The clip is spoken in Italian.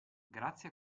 grazie